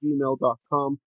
gmail.com